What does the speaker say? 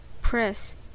Press